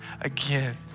again